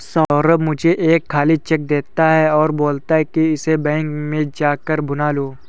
सौरभ मुझे एक खाली चेक देता है और बोलता है कि इसको बैंक में जा कर भुना लो